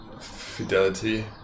fidelity